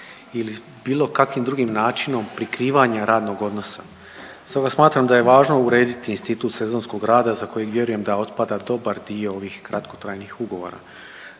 ili bilo kakvim drugim načinom prikrivanja radnog odnosa. Stoga smatram da je važno urediti institut sezonskog rada za koji vjerujem da otpada dobar dio ovih kratkotrajnih ugovora.